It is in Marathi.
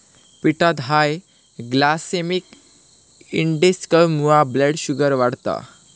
पिठात हाय ग्लायसेमिक इंडेक्समुळा ब्लड शुगर वाढता